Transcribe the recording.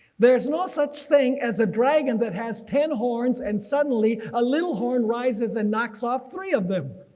there is no such thing as a dragon that has ten horns and suddenly a little horn rises and knocks off three of them.